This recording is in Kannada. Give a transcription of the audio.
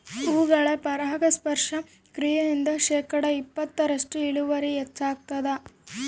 ಹೂಗಳ ಪರಾಗಸ್ಪರ್ಶ ಕ್ರಿಯೆಯಿಂದ ಶೇಕಡಾ ಇಪ್ಪತ್ತರಷ್ಟು ಇಳುವರಿ ಹೆಚ್ಚಾಗ್ತದ